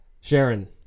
Sharon